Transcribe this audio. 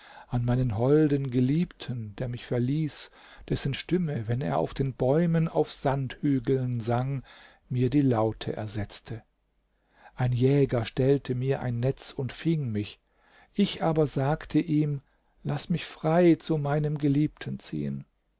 an meinen holden geliebten der mich verließ dessen stimme wenn er auf den bäumen auf sandhügeln sang mir die laute ersetzte ein jäger stellte mir ein netz und fing mich ich aber sagte ihm laß mich frei zu meinem geliebten ziehen